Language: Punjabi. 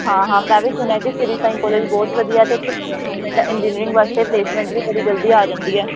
ਹਾਂ ਹਾਂ ਮੈਂ ਵੀ ਸੁਣਿਆ ਕਿ ਸ਼੍ਰੀ ਸਾਈ ਕਾਲਜ ਬਹੁਤ ਵਧੀਆ ਅਤੇ ਇੰਜੀਨੀਅਰਿੰਗ ਵਾਸਤੇ ਪਲੇਸਮੈਂਟ ਵੀ ਬੜੀ ਜਲਦੀ ਆ ਜਾਂਦੀ ਹੈ